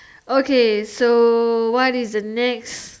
okay so what is the next